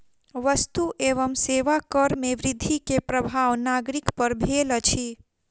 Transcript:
वस्तु एवं सेवा कर में वृद्धि के प्रभाव नागरिक पर भेल अछि